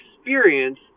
experience